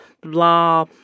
blah